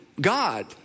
God